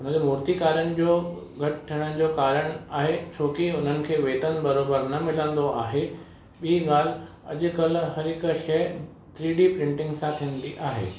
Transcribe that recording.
हुनजो मूर्तिकारनि जो घटि थियण जो कारण आहे छो की हुननि खे वेतनि बराबरि न मिलंदो आहे ॿी ॻाल्हि अॼुकल्ह हर हिक शइ थ्री डी प्रिंटिंग सां थींदी आहे